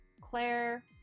Claire